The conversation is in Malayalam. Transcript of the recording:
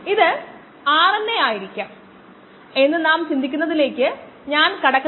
ഇപ്പോൾ സാന്ദ്രതയുടെ നിർവചനത്തിൽ നിന്ന് മാസ്സ് ഏകാഗ്രത ഗുണം വോളിയമല്ലാതെ മറ്റൊന്നുമല്ല